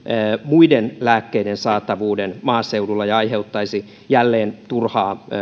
muiden lääkkeiden saatavuuden maaseudulla ja aiheuttaisi jälleen turhaa